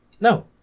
No